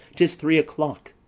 tis three o'clock.